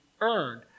earned